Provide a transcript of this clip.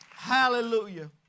Hallelujah